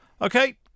Okay